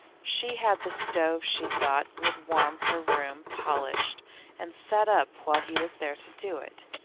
she had the stove she thought would warm her room polished and set up while he was there to do it.